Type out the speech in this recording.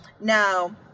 Now